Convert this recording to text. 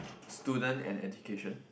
student and education